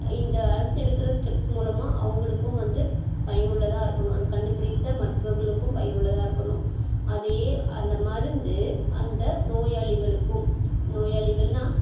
இந்த அரசு எடுக்கிற ஸ்டெப்ஸ் மூலமாக அவங்களுக்கும் வந்து பயனுள்ளதாக இருக்கணும் அதை கண்டுபிடிச்ச மருத்துவர்களுக்கும் பயனுள்ளதாக இருக்கணும் அதே அந்த மருந்து அந்த நோயாளிகளுக்கும் நோயாளிகள்னா